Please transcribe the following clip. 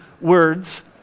words